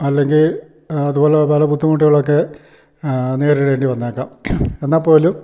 അല്ലെങ്കിൽ അതുപോലെ പല ബുദ്ധിമുട്ടുകൾ ഒക്കെ നേരിടേണ്ടി വന്നേക്കാം എന്നാൽ പോലും